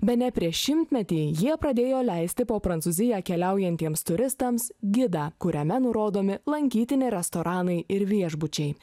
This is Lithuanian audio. bene prieš šimtmetį jie pradėjo leisti po prancūziją keliaujantiems turistams gidą kuriame nurodomi lankytini restoranai ir viešbučiai